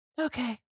Okay